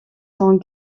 sont